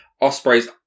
Osprey's